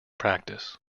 practice